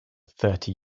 thirty